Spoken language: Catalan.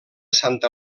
santa